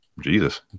Jesus